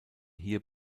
hier